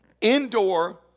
indoor